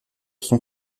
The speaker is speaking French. son